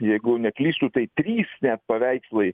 jeigu neklystu tai trys paveikslai